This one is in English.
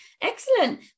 Excellent